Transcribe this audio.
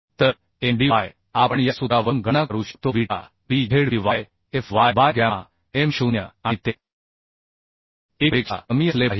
तर m d y आपण या सूत्रावरून गणना करू शकतो beta b z p y f y by gamma m 0 आणि ते 1 पेक्षा कमी असले पाहिजे